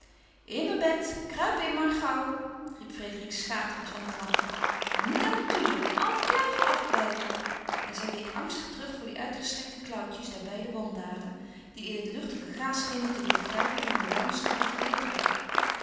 in mijn bed kruip in maar gauw riep frédérique schaterend van het lachen maar niet aan mijn tulle afblijven afblijven en zij week angstig terug voor die uitgestrekte klauwtjes der beide wandalen die in het luchtige gaas schenen te willen grijpen en aan de lange strikken te willen trekken